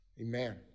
amen